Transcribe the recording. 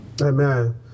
Amen